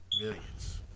millions